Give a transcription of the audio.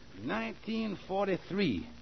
1943